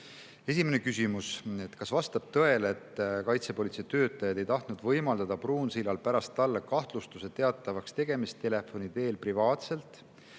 Esimene küsimus: "Kas vastab tõele, et KaPo töötajad ei tahtnud võimaldada Pruunsillal pärast talle kahtlustuse teatavaks tegemist telefoni teel privaatselt,